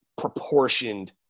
proportioned